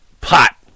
Pot